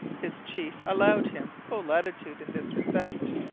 his chief allowed him full latitude in this respect.